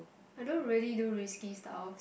I don't really do risky stuff